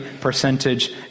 percentage